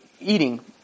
eating